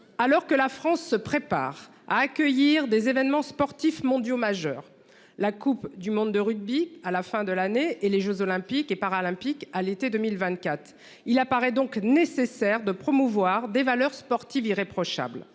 Alors que la France se prépare à accueillir des événements sportifs mondiaux majeurs. La Coupe du monde de rugby qu'à la fin de l'année et les Jeux olympiques et paralympiques. À l'été 2024. Il apparaît donc nécessaire de promouvoir des valeurs sportives irréprochable